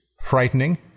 Frightening